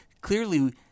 Clearly